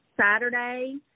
Saturday